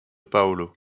paolo